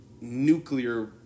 nuclear